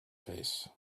face